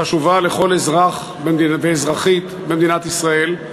חשובה לכל אזרח ואזרחית במדינת ישראל,